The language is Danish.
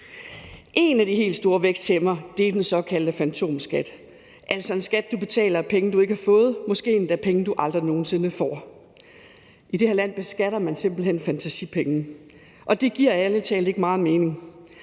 En af de helt store væksthæmmere er den såkaldte fantomskat, altså en skat, du betaler af penge, du ikke har fået – måske endda penge, du aldrig nogen sinde får. I det her land beskatter man simpelt hen fantasipenge, og det giver ærlig talt ikke meget mening,